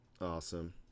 Awesome